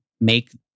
make